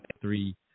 three